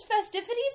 festivities